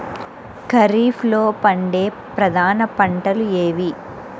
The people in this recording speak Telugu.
ఖరీఫ్లో పండే ప్రధాన పంటలు ఏవి?